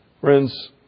Friends